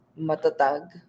matatag